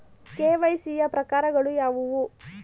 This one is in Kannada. ಕೆ.ವೈ.ಸಿ ಯ ಪ್ರಕಾರಗಳು ಯಾವುವು?